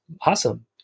awesome